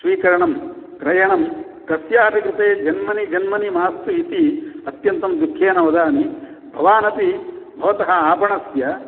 स्वीकरणं क्रयणं कस्यापि कृते जन्मनि जन्मनि मास्तु इति अत्यन्तं दुःखेन वदामि भवानपि भवतः आपणस्य